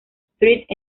street